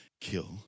kill